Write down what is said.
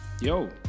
yo